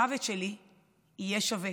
המוות שלי יהיה שווה.